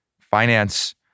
finance